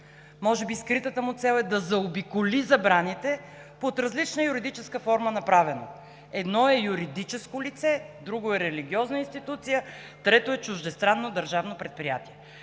може би скритата му цел е да заобиколи забраните и под различна юридическа форма е направено. Едно е юридическо лице, друго е религиозна институция, трето е чуждестранно държавно предприятие.